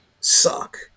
suck